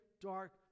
dark